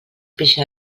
pixa